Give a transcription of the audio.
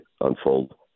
unfold